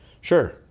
Sure